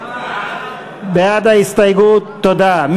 תודה.